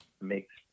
makes